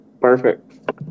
perfect